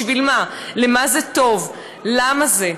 בשביל מה, למה זה טוב?